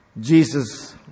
Jesus